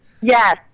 Yes